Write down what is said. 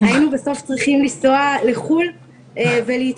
היינו בסוף צריכים לנסוע לחו"ל ולהתחתן